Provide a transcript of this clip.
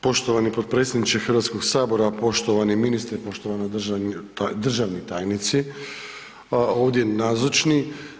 Poštovani potpredsjedniče Hrvatskoga sabora, poštovani ministre, poštovani državni tajnici ovdje nazočni.